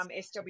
sw